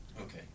Okay